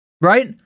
right